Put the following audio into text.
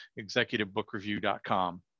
executivebookreview.com